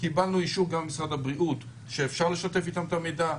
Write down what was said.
קיבלנו אישור גם ממשרד הבריאות שאפשר לשתף אתם את המידע.